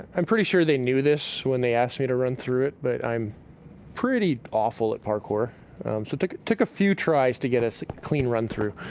i'm pretty sure they knew this when they asked me to run through it. but i'm pretty awful at parkour. so it took a few tries to get a clean run through.